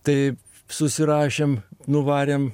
tai susirašėm nuvarėm